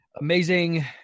amazing